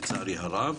לצערי הרב,